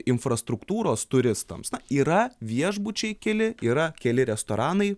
infrastruktūros turistams yra viešbučiai keli yra keli restoranai